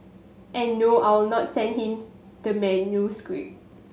and no I'll not send him the manuscript